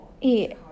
eh